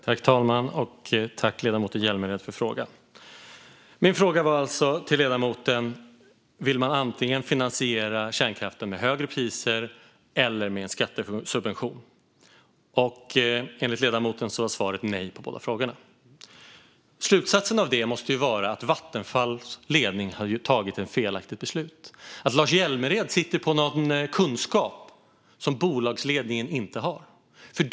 Fru talman! Tack, ledamoten Hjälmered, för frågan! Min fråga till ledamoten var: Vill man finansiera kärnkraften med högre priser eller med en skattesubvention? Enligt ledamoten var svaret nej på båda frågorna. Slutsatsen av det måste vara att Vattenfalls ledning har fattat ett felaktigt beslut och att Lars Hjälmered sitter på någon kunskap som bolagsledningen inte har.